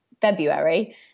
February